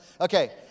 Okay